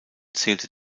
zählte